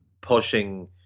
pushing